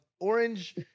orange